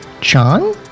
John